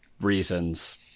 reasons